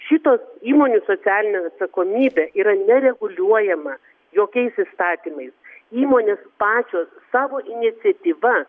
šitos įmonių socialinė atsakomybė yra nereguliuojama jokiais įstatymais įmonės pačios savo iniciatyva